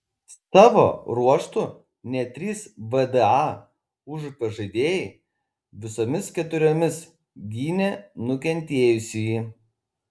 savo ruožtu net trys vda užupio žaidėjai visomis keturiomis gynė nukentėjusįjį